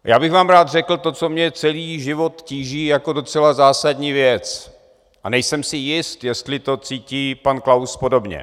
Já bych vám rád řekl to, co mě celý život tíží jako docela zásadní věc, a nejsem si jist, jestli to cítí i pan Klaus podobně.